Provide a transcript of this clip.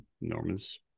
Norman's